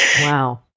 Wow